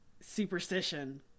superstition